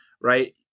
right